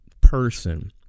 person